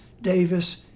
Davis